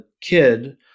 kid